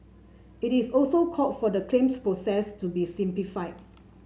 it is also called for the claims process to be simplified